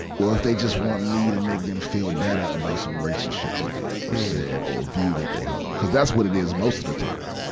or if they just want me to make them feel better about some racist shit they did or said or view that they hold. cuz that's what it is most of the time,